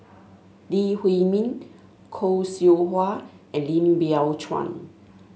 Lee Huei Min Khoo Seow Hwa and Lim Biow Chuan